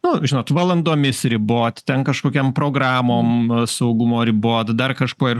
nu žinot valandomis riboti ten kažkokiam programom saugumo ribot dar kažkuo ir